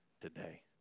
today